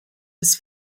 was